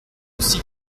aussi